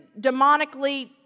demonically